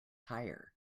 higher